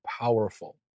powerful